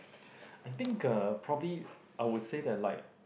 I think uh probably I would say that like